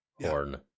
horn